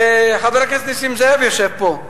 חבר הכנסת נסים זאב יושב פה: